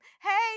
Hey